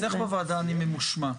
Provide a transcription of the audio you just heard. אצלך בוועדה אני ממושמע.